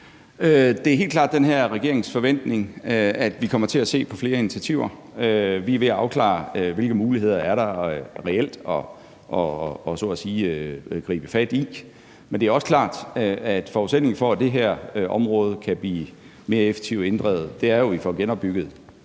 Det er helt klart den her regerings forventning, at vi kommer til at se på flere initiativer. Vi er ved at afklare, hvilke muligheder der så at sige reelt er at gribe fat i, men det er også klart, at forudsætningen for, at det her område kan blive mere effektivt inddrevet, jo er, at vi får genopbygget